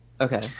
okay